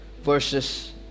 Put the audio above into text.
verses